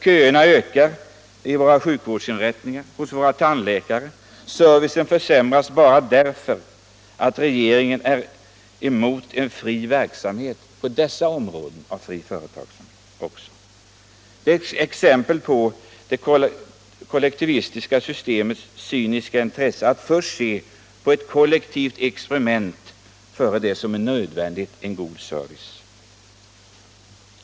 Köerna ökar hos våra sjukvårdsinrättningar och hos våra tandläkare, och servicen försämras bara därför att regeringen är emot fri verksamhet på dessa områden av näringslivet. Det är ett exempel på att det kollektivistiska systemet cyniskt intresserar sig mer för ett kollektivt experiment än för det som är nödvändigt — en god service.